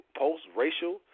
post-racial